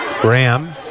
Graham